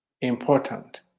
important